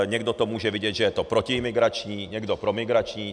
Někdo to může vidět tak, že je to protiimigrační, někdo promigrační.